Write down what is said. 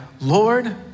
Lord